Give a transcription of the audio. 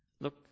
Look